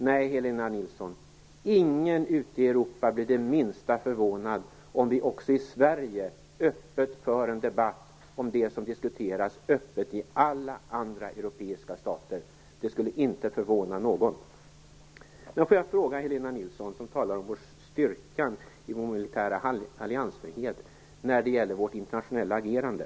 Nej, Helena Nilsson, ingen ute i Europa blir det minsta förvånad om vi också i Sverige öppet för en debatt om det som diskuteras öppet i alla andra europeiska stater. Det skulle inte förvåna någon. Helena Nilsson talar också om styrkan i den militära alliansfriheten när det gäller Sveriges internationella agerande.